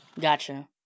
Gotcha